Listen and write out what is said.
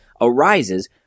arises